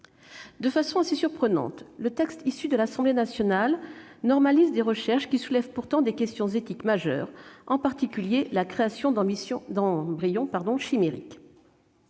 De façon assez surprenante, le texte issu de l'Assemblée nationale normalise des recherches qui soulèvent pourtant des questions éthiques majeures, s'agissant en particulier de la création d'embryons chimériques.